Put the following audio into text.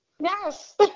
Yes